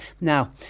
Now